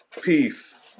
peace